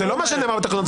זה לא מה שנאמר בתקנות,